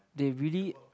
they really